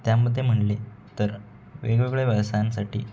त्यामध्ये म्हणले तर वेगवेगळ्या व्यवसायांसाठी